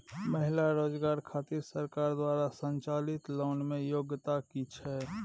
महिला रोजगार खातिर सरकार द्वारा संचालित लोन के योग्यता कि छै?